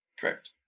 Correct